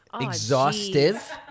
Exhaustive